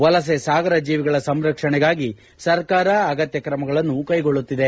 ವಲಸೆ ಸಾಗರ ಜೀವಿಗಳ ಸಂರಕ್ಷಣೆಗಾಗಿ ಸರ್ಕಾರ ಅಗತ್ಯ ಕ್ರಮಗಳನ್ನು ಕೈಗೊಳ್ಳುತ್ತಿದೆ